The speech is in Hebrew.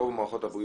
רוב מערכות הבריאות,